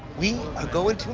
we are going